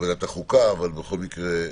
בכל מקרה,